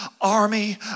army